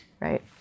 right